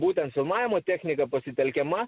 būtent filmavimo technika pasitelkiama